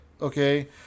okay